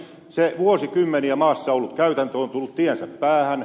se vuosikymmeniä maassa ollut käytäntö on tullut tiensä päähän